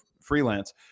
freelance